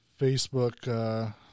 Facebook